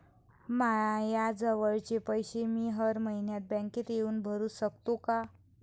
मायाजवळचे पैसे मी हर मइन्यात बँकेत येऊन भरू सकतो का?